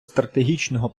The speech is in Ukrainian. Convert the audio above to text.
стратегічного